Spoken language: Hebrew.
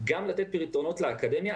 גם לתת פתרונות לאקדמיה.